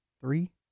three